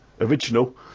original